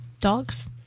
dogs